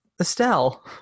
Estelle